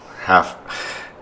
half